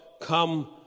come